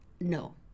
no